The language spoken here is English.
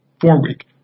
four-week